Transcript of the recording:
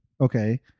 Okay